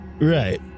Right